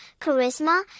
charisma